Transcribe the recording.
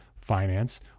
finance